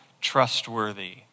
trustworthy